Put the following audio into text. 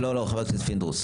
לא, לא, חבר הכנסת פינדרוס.